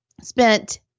spent –